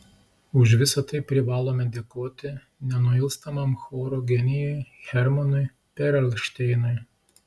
už visa tai privalome dėkoti nenuilstamam choro genijui hermanui perelšteinui